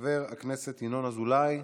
חבר הכנסת ינון אזולאי,